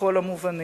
בכל המובנים.